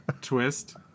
twist